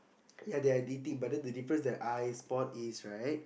ya they are dating but then the difference their eyes spot is right